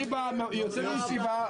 עם כל הכבוד.